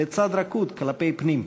לצד רכות כלפי פנים.